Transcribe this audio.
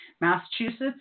Massachusetts